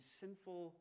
sinful